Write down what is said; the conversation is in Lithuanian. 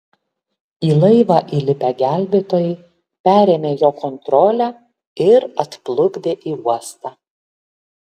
į laivą įlipę gelbėtojai perėmė jo kontrolę ir atplukdė į uostą